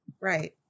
Right